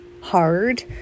hard